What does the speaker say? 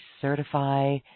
certify